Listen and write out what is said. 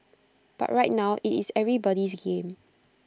but right now IT is everybody's game